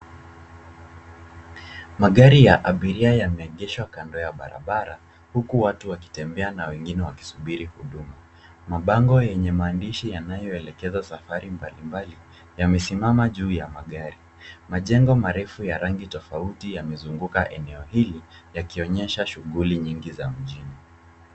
Magari ya abiria yameegeshwa kando ya barabara huku watu wakitembea na wengine wakisubiri huduma. Mabango yenye maandishi yanayoelekeza safari mbalimbali yamesimama juu ya magari. Majengo marefu ya rangi tofauti yamezunguka eneo hili yakionyesha shughuli nyingi za mjini.